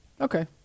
Okay